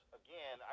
again